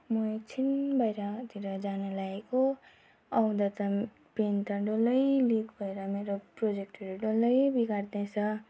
म एकछिन बाहिरतिर जानु लागेको आउँदा त पेन त डल्लै लिक भएर मेरो प्रोजेक्टहेरू डल्लै बिगारि दिएछ